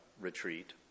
retreat